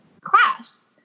class